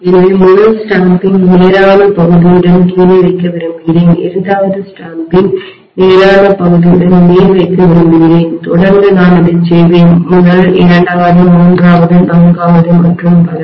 எனவே முதல் ஸ்டாம்பிங்முத்திரையை நேரான பகுதியுடன் கீழே வைக்க விரும்புகிறேன் இரண்டாவது ஸ்டாம்பிங் முத்திரையை நேரான பகுதியுடன் மேல் வைக்க விரும்புகிறேன் தொடர்ந்து நான் அதை செய்வேன் முதல் இரண்டாவது மூன்றாவது நான்காவது மற்றும் பல